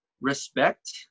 respect